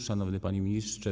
Szanowny Panie Ministrze!